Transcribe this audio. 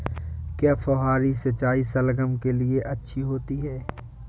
क्या फुहारी सिंचाई शलगम के लिए अच्छी होती है?